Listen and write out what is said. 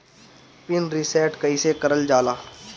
Pin reset कईसे करल जाला?